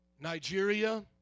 Nigeria